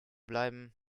bleiben